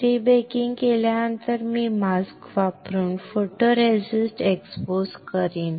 prebaking केल्यानंतर मी mask वापरून फोटोरेसिस्ट एक्सपोज करीन